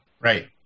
Right